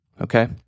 Okay